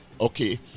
okay